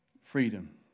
freedom